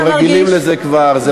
אנחנו רגילים לזה כבר.